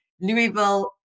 Louisville